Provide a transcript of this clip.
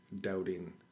doubting